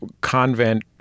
convent